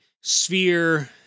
sphere